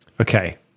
Okay